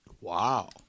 Wow